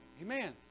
amen